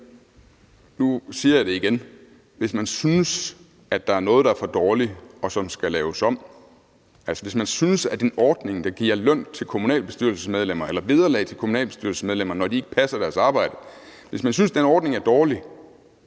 Nu siger jeg det igen: Hvis man synes, at der er noget, der er for dårligt, og at det skal laves om, altså hvis man synes, at en ordning, der giver vederlag til kommunalbestyrelsesmedlemmer, når de ikke passer deres arbejde, er dårlig,